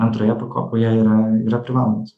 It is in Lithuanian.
antroje pakopoje yra yra privalomas